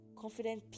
Confident